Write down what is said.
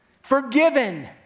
forgiven